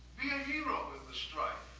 be a hero in the strife.